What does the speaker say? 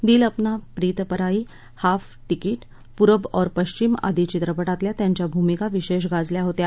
दिल Apna Preet Parai Half Ticket Purab Aur Pashchim आदी चित्रपटातल्या त्यांच्या भूमिका विशेष गाजल्या होत्या